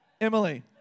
Emily